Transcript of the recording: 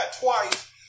twice